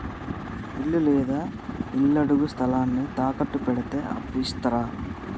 ఇల్లు లేదా ఇళ్లడుగు స్థలాన్ని తాకట్టు పెడితే అప్పు ఇత్తరా?